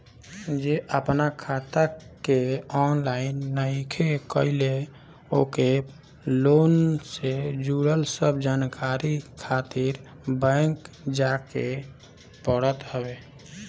जे आपन खाता के ऑनलाइन नइखे कईले ओके लोन से जुड़ल सब जानकारी खातिर बैंक जाए के पड़त हवे